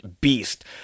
beast